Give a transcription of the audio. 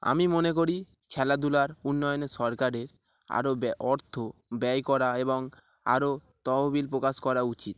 আমি মনে করি খেলাধুলার উন্নয়নে সরকারের আরও ব্য অর্থ ব্যয় করা এবং আরও তহবিল প্রকাশ করা উচিত